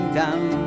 down